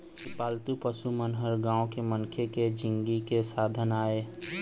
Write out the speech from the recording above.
ए पालतू पशु मन ह गाँव के मनखे के जिनगी के साधन आय